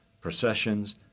processions